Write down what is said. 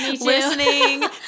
listening